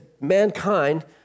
mankind